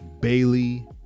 Bailey